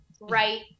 right